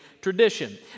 tradition